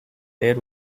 their